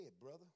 brother